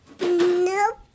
Nope